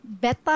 beta